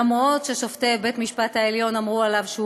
למרות ששופטי בית המשפט העליון אמרו עליו שהוא